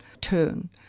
turn